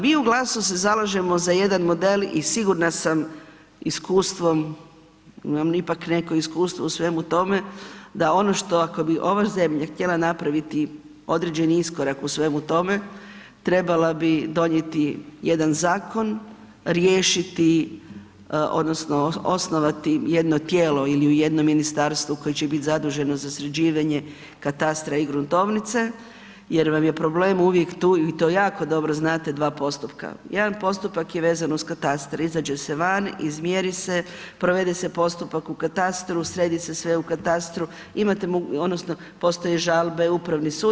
Mi u GLAS-u se zalažemo za jedan model i sigurna sam iskustvom, imamo ipak neko iskustvo u svemu tome da ono što ako bi ova zemlja htjela napraviti određeni iskorak u svemu tome trebala bi donijeti jedan zakon, riješiti odnosno osnovati jedno tijelo ili u jednom ministarstvu koje će biti zaduženo za sređivanje katastra i gruntovnice jer vam je problem uvijek tu i to jako dobro znate dva postupka. jedan postupak je vezan uz katastre, izađe se van, izmjeri se, provede se postupak u katastru, sredi se sve u katastru, imate, odnosno postoje žalbe, Upravni sud.